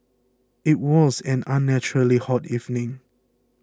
it was an unnaturally hot evening